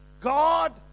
God